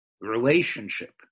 relationship